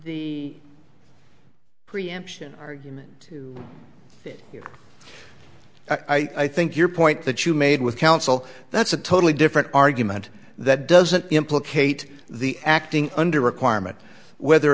the preemption argument that i think your point that you made with council that's a totally different argument that doesn't implicate the acting under requirement whether or